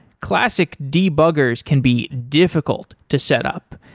classic debuggers can be difficult to set up.